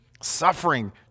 Suffering